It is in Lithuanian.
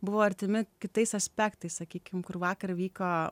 buvo artimi kitais aspektais sakykim kur vakar vyko